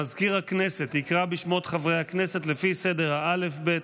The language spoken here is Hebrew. מזכיר הכנסת יקרא בשמות חברי הכנסת לפי סדר האל"ף-בי"ת,